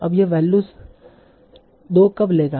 अब यह वैल्यू 2 कब लेगा